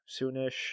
soonish